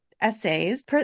essays